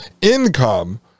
income